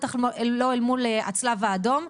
בטח לא אל מול הצלב האדום,